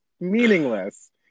meaningless